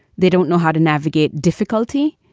they don't know how to navigate difficulty.